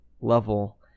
level